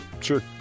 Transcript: Sure